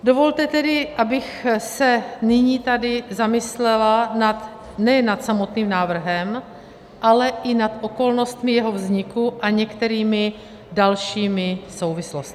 Dovolte tedy, abych se nyní tady zamyslela nad nejen samotným návrhem, ale i nad okolnostmi jeho vzniku a některými dalšími souvislostmi.